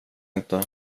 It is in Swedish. inte